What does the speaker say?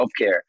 healthcare